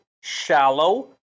shallow